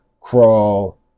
crawl